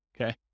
Okay